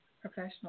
professional